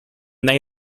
they